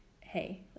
hey